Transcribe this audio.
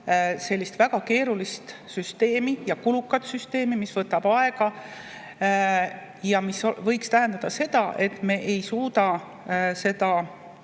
sellist väga keerulist ja kulukat süsteemi, mis võtaks aega ja mis võib tähendada ka seda, et me ei suuda seda määrust